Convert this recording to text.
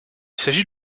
s’agit